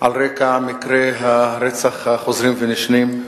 על רקע מקרי הרצח החוזרים ונשנים.